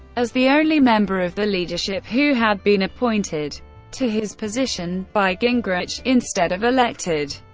as the only member of the leadership who had been appointed to his position by gingrich instead of elected.